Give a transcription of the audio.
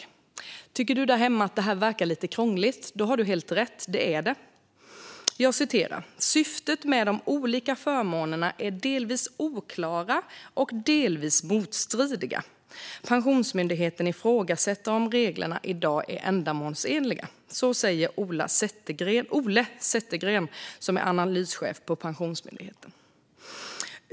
Tycker du som lyssnar där hemma att det verkar lite krångligt? Det har du helt rätt i; det är det. Jag citerar: "Syftet med de olika förmånerna är delvis oklara och delvis motstridiga. Pensionsmyndigheten ifrågasätter om reglerna idag är ändamålsenliga, säger Ole Settergren, analyschef på Pensionsmyndigheten."